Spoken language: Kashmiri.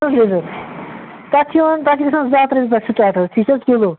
لیٚدر تتھ چھِ یِوان تتھ چھِ گَژھان زٕ ہتھ رۄپیہ پیٚٹھ سٹاٹ حظ ٹھیٖک چھ حظ کلو